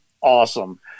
awesome